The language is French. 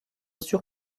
sûr